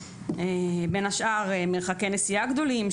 בין השאר מרחקי נסיעה גדולים,